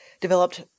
developed